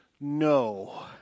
no